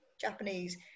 Japanese